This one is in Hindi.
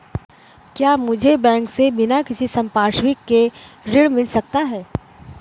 क्या मुझे बैंक से बिना किसी संपार्श्विक के ऋण मिल सकता है?